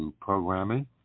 programming